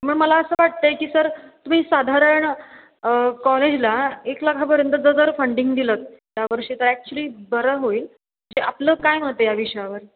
मग मला असं वाटत आहे की सर तुम्ही साधारण कॉलेजला एक लाखापर्यंतचं जर फंडिंग दिलंत ह्या वर्षी तर ॲक्चुली बरं होईल जे आपलं काय मत आहे या विषयावर